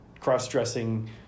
cross-dressing